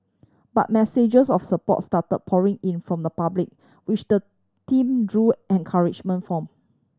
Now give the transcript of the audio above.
but messages of support start pouring in from the public which the team drew encouragement from